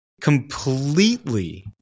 completely